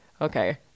okay